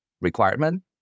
requirement